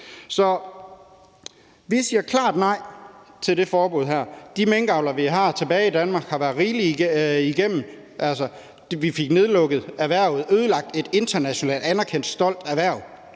Så vi siger klart nej til det her forbud. De minkavlere, som vi har tilbage i Danmark, har været rigeligt igennem. Vi fik nedlukket erhvervet og ødelagt et internationalt anerkendt stolt erhverv